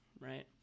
right